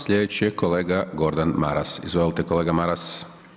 Sljedeći je kolega Gordan Maras, izvolite kolega Maras.